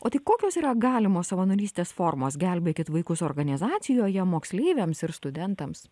o tai kokios yra galimos savanorystės formos gelbėkit vaikus organizacijoje moksleiviams ir studentams